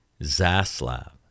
Zaslav